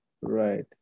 Right